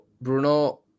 Bruno